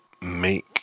make